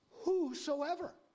Whosoever